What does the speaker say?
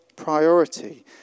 priority